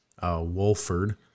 Wolford